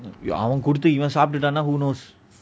அவன் குடுத்து இவன் சாப்டுடன்:avan kuduthu ivan saptutana who knows